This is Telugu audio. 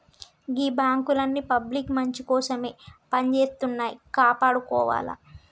గీ బాంకులన్నీ పబ్లిక్ మంచికోసమే పనిజేత్తన్నయ్, కాపాడుకోవాల